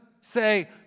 say